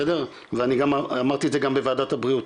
בסדר ואני גם אמרתי את זה גם בוועדת הבריאות,